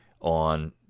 on